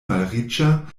malriĉa